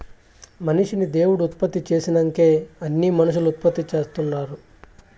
మనిషిని దేవుడు ఉత్పత్తి చేసినంకే అన్నీ మనుసులు ఉత్పత్తి చేస్తుండారు